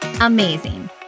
amazing